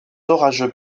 orageux